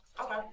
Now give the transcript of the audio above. Okay